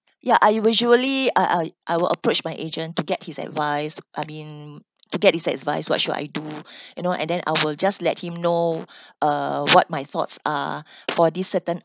ya I usually I I'll I will approach my agent to get his advise I mean to get his advise what should I do you know and then I will just let him know uh what my thoughts are for this certain